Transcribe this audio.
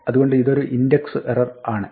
അതുകൊണ്ട് ഇതൊരു index error ആണ്